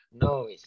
No